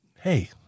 hey